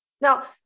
Now